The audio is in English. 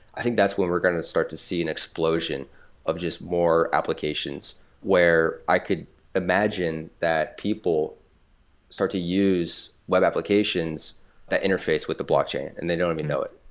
i think that's when we're going to start to see an explosion of just more applications where i could imagine that people start to use web applications that interface with the blockchain, and they don't even know it.